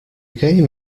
game